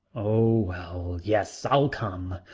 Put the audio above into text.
oh well, yes i'll come.